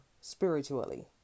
spiritually